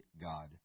God